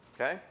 okay